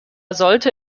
sollte